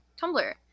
tumblr